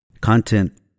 content